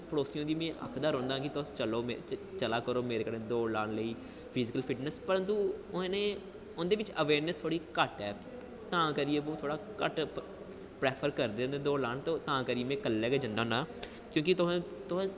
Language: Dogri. पड़ोसियें गी आखदा रौंह्ना कि तुस चलो चला करो मेरे कन्नै दौड़ लान लेई फिजिकल फिटनस परंतु उ'नें उं'दे बिच्च अवेयरनैस थोह्ड़ी घट्ट ऐ तां करियै ओह् थो़ह्ड़े घट्ट प्रैफर करदे होंदे दौड़ लान ते तां करी में कल्ले गै जन्ना होन्ना क्योंकि तुसें